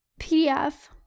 PDF